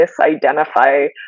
misidentify